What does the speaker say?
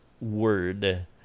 word